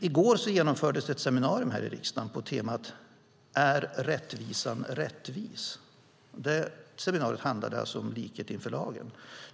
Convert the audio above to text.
I går genomfördes ett seminarium här i riksdagen på temat Är rättvisan rättvis? Det handlade om likhet inför lagen.